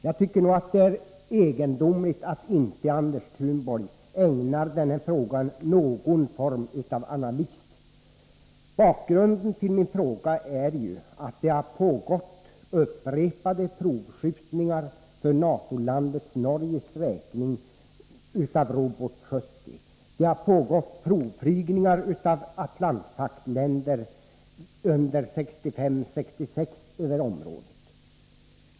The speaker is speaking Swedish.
Jag tycker nog att det är egendomligt att Anders Thunborg inte ägnar denna fråga någon form av analys. Bakgrunden till min fråga är ju att det för NATO-landet Norges räkning har pågått upprepade provskjutningar med robot 70. Atlantpaktsländer har företagit provflygningar under 1965 och 1966 över området i fråga.